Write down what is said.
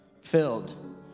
filled